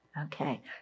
Okay